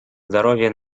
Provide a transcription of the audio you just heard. здоровье